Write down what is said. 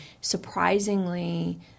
surprisingly